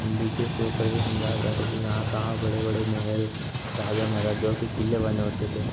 हिन्दी के प्रयोग कर के समझाया जाता था जहाँ तहाँ बड़े बड़े महल राजा महाराजाओं के क़िले बने होते थे